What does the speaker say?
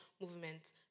movement